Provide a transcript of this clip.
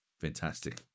fantastic